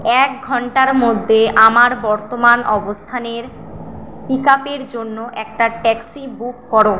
এক ঘণ্টার মধ্যে আমার বর্তমান অবস্থানের পিক আপের জন্য একটা ট্যাক্সি বুক করো